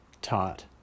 Taught